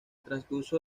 transcurso